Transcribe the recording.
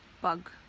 bug